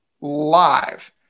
Live